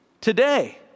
today